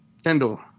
Kendall